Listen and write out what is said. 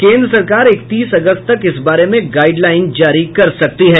केंद्र सरकार इकतीस अगस्त तक इस बारे में गाइडलाइन जारी कर सकती है